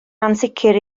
ansicr